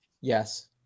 Yes